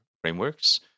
frameworks